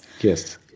Yes